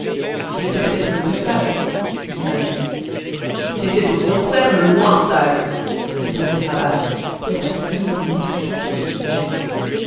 c'était peut-être le plus sage dit ahmet c'était au contraire le moins sage répondit kéraban prêt à soutenir une discussion sur ce sujet